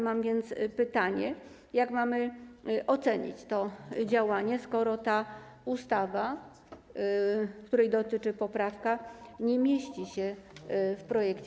Mam więc pytanie: Jak mamy ocenić to działanie, skoro ustawa, której dotyczy poprawka, nie mieści się w projekcie?